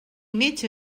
metge